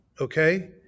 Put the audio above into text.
Okay